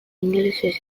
ingelesez